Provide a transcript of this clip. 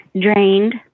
drained